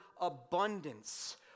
abundance